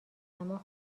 زمان